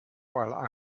while